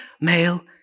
male